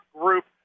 group